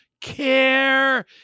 care